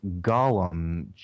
Gollum